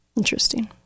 interesting